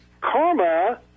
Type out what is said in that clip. karma